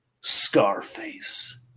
Scarface